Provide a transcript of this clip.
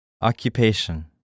Occupation